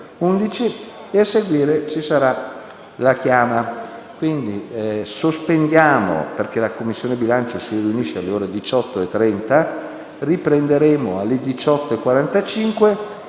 a seguire ci sarà la chiama,